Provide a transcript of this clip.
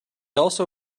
also